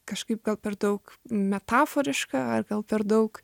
kažkaip gal per daug metaforiška ar gal per daug